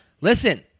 Listen